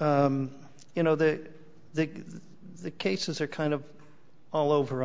you know the the the cases are kind of all over